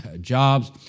jobs